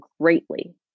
greatly